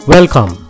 Welcome